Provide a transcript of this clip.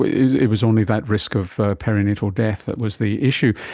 it was only that risk of perinatal death that was the issue.